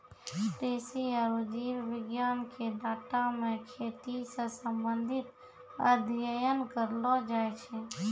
कृषि आरु जीव विज्ञान के डाटा मे खेती से संबंधित अध्ययन करलो जाय छै